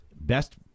Best